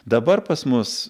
dabar pas mus